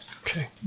Okay